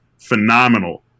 phenomenal